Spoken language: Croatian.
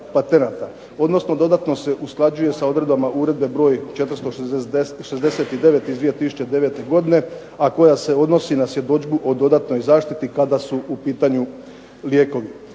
odnosno dodatno se usklađuje sa odredbama Uredbe broj 469 iz 2009. godine a koja se odnosi na svjedodžbu o dodatnoj zaštiti kada su u pitanju lijekovi.